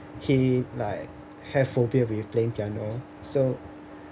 he like have phobia with playing piano so